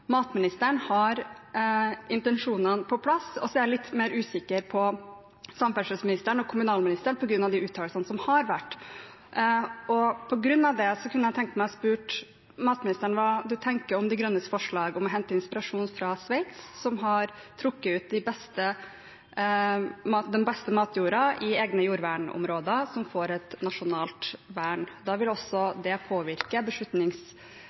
matministeren har intensjonene på plass. Så er jeg litt mer usikker på samferdselsministeren og kommunalministeren på grunn av de uttalelsene som har vært. På grunn av det kunne jeg tenke meg å spørre matministeren hva hun tenker om De Grønnes forslag om å hente inspirasjon fra Sveits, som har trukket ut den beste matjorda i egne jordvernområder som får et nasjonalt vern. Da vil også det påvirke